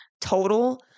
total